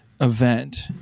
event